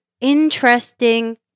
interesting